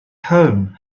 home